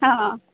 ହଁ